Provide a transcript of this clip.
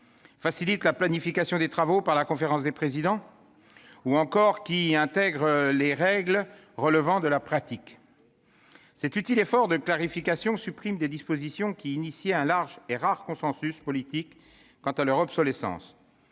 facilite la planification des travaux par la conférence des présidents, ou encore intègre des règles relevant de la pratique. Cet utile effort de clarification supprime des dispositions qui recueillaient un large et rare consensus politique quant à leur obsolescence,